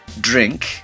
drink